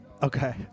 Okay